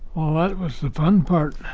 that was the fun part,